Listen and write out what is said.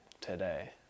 today